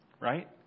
Right